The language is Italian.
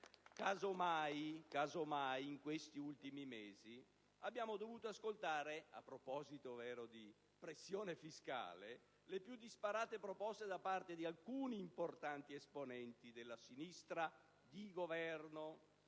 Caso mai, in questi ultimi mesi, abbiamo dovuto ascoltare, a proposito di pressione fiscale, le più disparate proposte, da parte di alcuni importanti esponenti della sinistra di governo, a